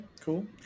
cool